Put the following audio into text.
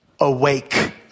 Awake